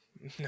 No